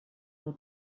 del